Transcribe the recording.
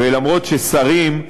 ולרמות ששרים,